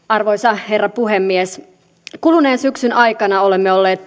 arvoisa herra puhemies kuluneen syksyn aikana olemme olleet